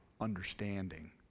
understanding